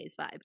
vibe